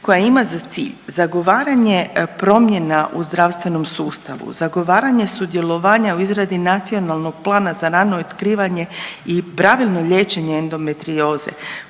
koja ima za cilj zagovaranje promjena u zdravstvenom sustavu, zagovaranje sudjelovanja u izradi Nacionalnog plana za rano otkrivanje i pravilno liječenje endometrioze,